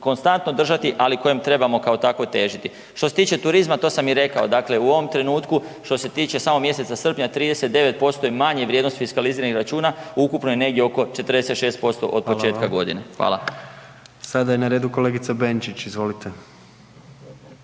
konstantno držati, ali kojem trebamo kao takvom težiti. Što se tiče turizma, to sam i rekao dakle u ovom trenutku što se tiče samo mjeseca srpnja 39% je manje vrijednost fiskaliziranih računa, ukupno je negdje oko 46% od početka godine. Hvala. **Jandroković, Gordan